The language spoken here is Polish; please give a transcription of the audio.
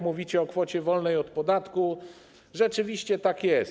Mówicie o kwocie wolnej od podatku, rzeczywiście tak jest.